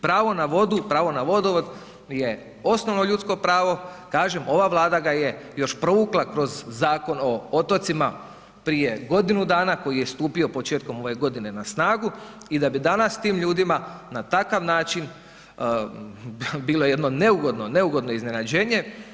Pravo na vodu, pravo na vodovod je osnovno ljudsko pravo, kažem ova Vlada ga je još provukla kroz Zakon o otocima prije godinu dana koji je stupio početkom ove godine na snagu i da bi danas tim ljudima na takav način bilo jedno neugodno, neugodno iznenađenje.